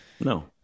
No